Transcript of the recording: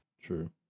True